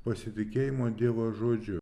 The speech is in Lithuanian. pasitikėjimo dievo žodžiu